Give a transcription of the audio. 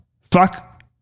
fuck